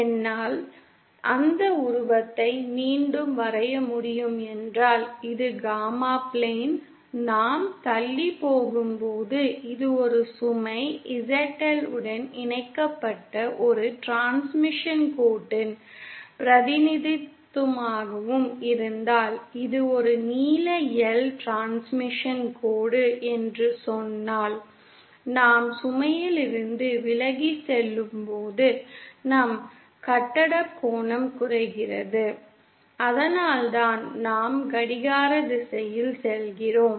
என்னால் அந்த உருவத்தை மீண்டும் வரைய முடியும் என்றால் இது காமா பிளேன் நாம் தள்ளி போகும்போது இது ஒரு சுமை ZL உடன் இணைக்கப்பட்ட ஒரு டிரான்ஸ்மிஷன் கோட்டின் பிரதிநிதித்துவமாக இருந்தால் இது ஒரு நீள L டிரான்ஸ்மிஷன் கோடு என்று சொன்னால் நாம் சுமையிலிருந்து விலகிச் செல்லும்போது நம் கட்டக் கோணம் குறைகிறது அதனால்தான் நாம் கடிகார திசையில் செல்கிறோம்